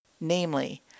namely